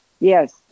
Yes